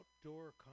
outdoor